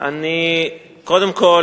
קודם כול,